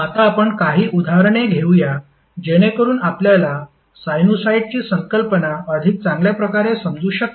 आता आपण काही उदाहरणे घेऊया जेणेकरुन आपल्याला साइनुसॉईडची संकल्पना अधिक चांगल्या प्रकारे समजू शकेल